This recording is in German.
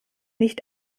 nicht